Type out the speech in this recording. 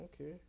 Okay